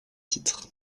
titres